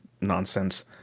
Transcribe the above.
nonsense